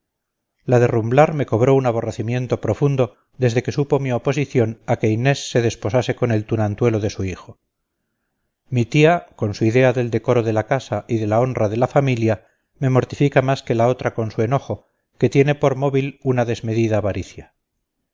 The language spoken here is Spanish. la de rumblar me cobró un aborrecimiento profundo desde que supo mi oposición a que inés se desposase con el tunantuelo de su hijo mi tía con su idea del decoro de la casa y de la honra de la familia me mortifica más que la otra con su enojo que tiene por móvil una desmedida avaricia